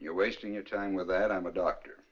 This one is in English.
you're wasting your time with that i'm a doctor